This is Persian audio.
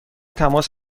تماس